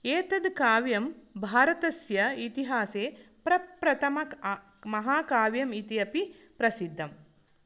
एतद् काव्यं भारतस्य इतिहासे प्रप्रथम महाकाव्यम् इति अपि प्रसिद्धम्